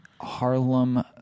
Harlem